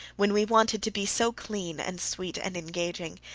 when we wanted to be so clean and sweet and engaging.